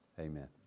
Amen